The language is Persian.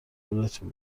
گولتون